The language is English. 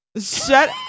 Shut